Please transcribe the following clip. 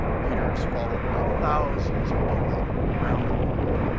peter is followed by thousands of people around the world